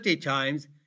times